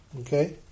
Okay